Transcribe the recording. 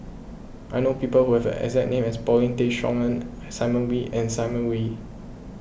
I know people who have exact name as Paulin Tay Straughan Simon Wee and Simon Wee